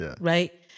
right